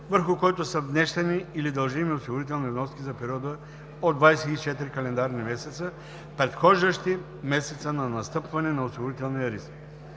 върху който са внесени или дължими осигурителни вноски за периода от 24 календарни месеца, предхождащи месеца на настъпване на осигурителния риск.